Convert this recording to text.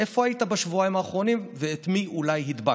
איפה היית בשבועיים האחרונים ואת מי אולי הדבקת.